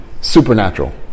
supernatural